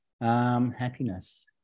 happiness